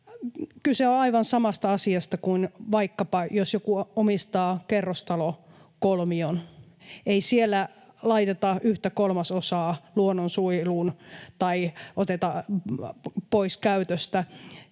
Kyse on aivan samasta asiasta kuin jos vaikkapa joku omistaa kerrostalokolmion. Ei siellä laiteta yhtä kolmasosaa luonnonsuojeluun tai oteta pois käytöstä